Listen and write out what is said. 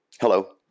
Hello